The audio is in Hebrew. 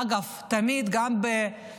אגב, תמיד גם כשהולכים